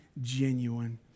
genuine